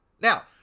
Now